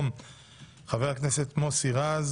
חוק ומשפט,